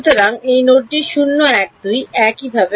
সুতরাং এই নোডটি 0 1 2 একইভাবে হবে